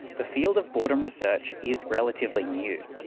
the field of boredom research is relatively new.